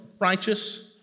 righteous